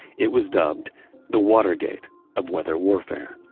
it was dubbed the watergate of weather warfare